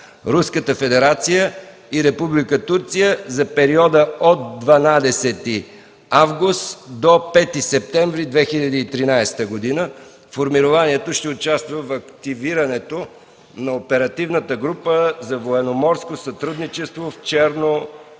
Руската федерация и Република Турция за периода от 12 август до 5 септември 2013 г. Формированието ще участва в активирането на оперативната група за военноморско сътрудничество в Черно море